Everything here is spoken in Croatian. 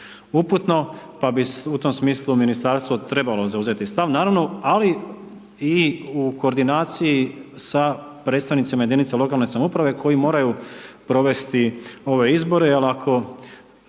uputno, pa bi u tom smislu ministarstvo trebalo zauzeti stav, naravno, ali i u koordinaciji sa predstojnicima jedinice lokalne samouprave koji moraju provesti ove izbore, jer ako